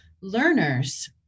learners